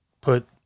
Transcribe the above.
put